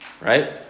right